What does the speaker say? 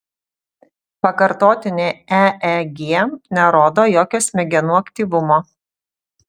pakartotinė eeg nerodo jokio smegenų aktyvumo